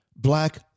Black